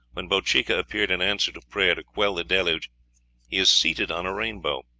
when bochica appeared in answer to prayer to quell the deluge he is seated on a rainbow.